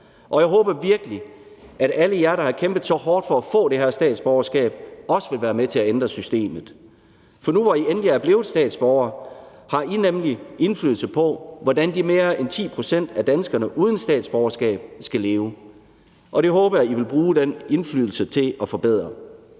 Og jeg håber virkelig, at alle jer, der har kæmpet så hårdt for at få det her statsborgerskab, også vil være med til at ændre systemet – for nu, hvor I endelig er blevet statsborgere, har I nemlig indflydelse på, hvordan de mere end 10 pct. af danskere uden statsborgerskab skal leve, og det håber jeg I vil bruge den indflydelse til at forbedre.